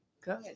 good